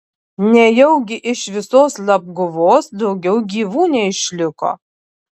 nejaugi iš visos labguvos daugiau gyvų neišliko